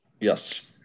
Yes